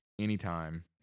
anytime